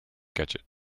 gadget